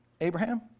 Abraham